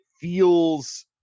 feels –